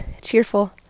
cheerful